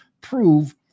prove